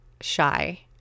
shy